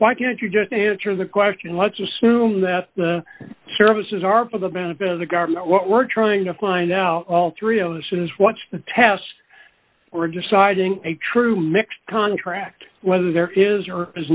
why can't you just answer the question let's assume that the services are for the benefit of the government what we're trying to find out all three oceans what's the test or deciding a true mixed contract whether there is or is